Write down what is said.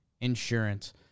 insurance